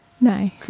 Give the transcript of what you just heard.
no